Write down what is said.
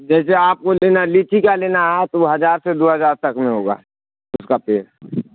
جیسے آپ کو لینا لیچی کا لینا آ وہ ہزار سے دو ہزار تک میں ہوگا اس کا پیڑ